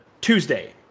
Tuesday